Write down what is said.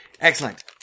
Excellent